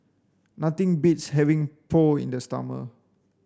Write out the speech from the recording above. nothing beats having Pho in the summer